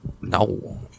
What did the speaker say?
No